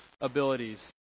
abilities